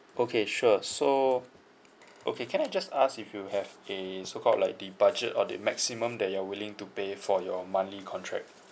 okay sure so okay can I just ask if you have a so called like the budget or the maximum that you're willing to pay for your monthly contract